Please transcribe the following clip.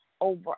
over